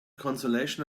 consolation